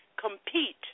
compete